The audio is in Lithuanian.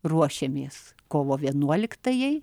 ruošėmės kovo vienuoliktajai